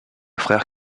frère